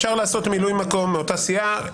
אפשר לעשות מילוי מקום מאותה סיעה,